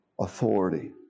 authority